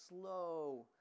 slow